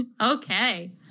Okay